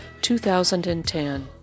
2010